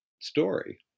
story